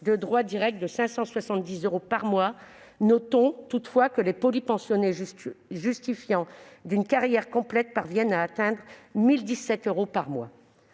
de droit direct de 570 euros par mois. Notons toutefois que les polypensionnées justifiant d'une carrière complète parviennent à atteindre 1 017 euros par mois.